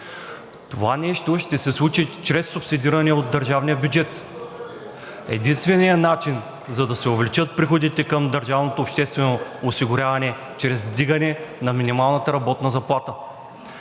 Това нещо ще се случи чрез субсидиране от държавния бюджет. Единственият начин, за да се увеличат приходите към държавното обществено осигуряване, е чрез вдигане на минималната работна заплата,